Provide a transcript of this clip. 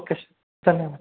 okay sir ધન્યવાદ